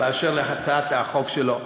באשר להצעת החוק שלו,